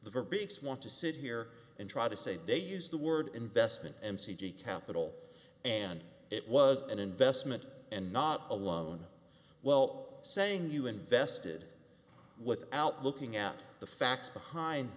verbiage want to sit here and try to say day use the word investment and c g capital and it was an investment and not alone well saying you invested without looking at the facts behind